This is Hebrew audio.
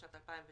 בשנת המס 2019,